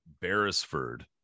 Beresford